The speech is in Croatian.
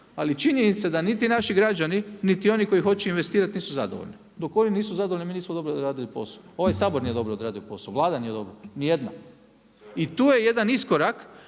je činjenica da niti naši građani, niti oni koji hoće investirati nisu zadovoljni. Dok oni nisu zadovoljni mi nismo dobro odradili posao, ovaj Sabor nije odradio dobro posao, Vlada nije dobro, nijedna. I tu je jedan iskorak